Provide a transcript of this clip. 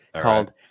called